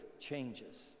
changes